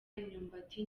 imyumbati